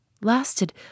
lasted